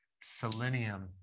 selenium